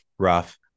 rough